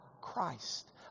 Christ